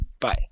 Bye